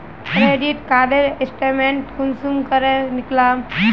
Credit card statement कुंसम करे निकलाम?